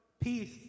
peace